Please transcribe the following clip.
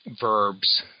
verbs